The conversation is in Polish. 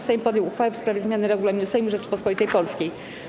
Sejm podjął uchwałę w sprawie zmiany regulaminu Sejmu Rzeczypospolitej Polskiej.